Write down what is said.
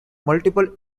multiple